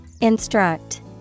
Instruct